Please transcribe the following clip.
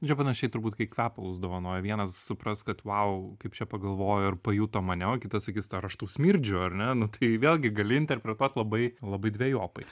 čia panašiai turbūt kai kvepalus dovanoja vienas supras kad vau kaip čia pagalvojo ir pajuto mane o kitas sakys ar aš tau smirdžiu ar ne nu tai vėlgi gali interpretuot labai labai dvejopai